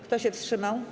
Kto się wstrzymał?